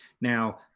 Now